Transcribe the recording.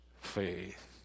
faith